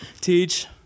Teach